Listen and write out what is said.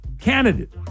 candidate